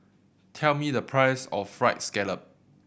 tell me the price of Fried Scallop